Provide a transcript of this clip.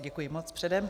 Děkuji moc předem.